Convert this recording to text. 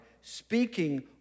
speaking